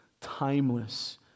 timeless